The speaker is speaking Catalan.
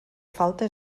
falta